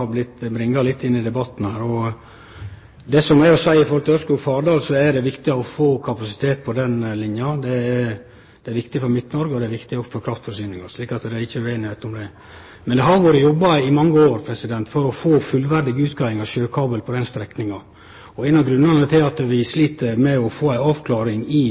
har blitt bringa inn i debatten her. Det som er å seie om Ørskog–Fardal, er at det er viktig å få kapasitet på den linja. Det er viktig for Midt-Noreg, og det er viktig òg for kraftforsyninga, slik at det ikkje er usemje om det. Det har vore jobba i mange år for å få fullverdige utgreiingar av sjøkabel på den strekninga. Ein av grunnane til at vi slit med å få ei avklaring i